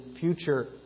future